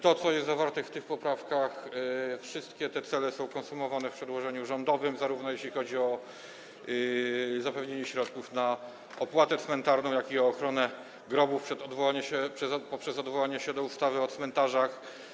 To, co jest zawarte w tych poprawkach, wszystkie te cele są konsumowane w przedłożeniu rządowym, zarówno jeśli chodzi o zapewnienie środków na opłatę cmentarną, jak i ochronę grobów - poprzez odwołanie się do ustawy o cmentarzach.